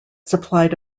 supplied